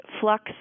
flux